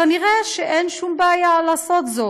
כנראה אין שום בעיה לעשות זאת,